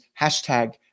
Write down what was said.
hashtag